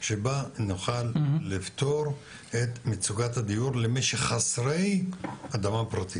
שבה נוכל לפתור את מצוקת הדיור למי שחסרי אדמה פרטית.